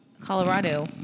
Colorado